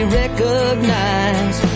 recognize